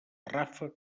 ràfec